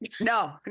No